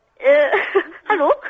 Hello